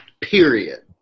period